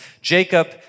Jacob